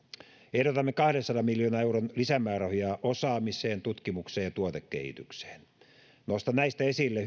ehdotamme kahdensadan miljoonan euron lisämäärärahoja osaamiseen tutkimukseen ja tuotekehitykseen nostan näistä esille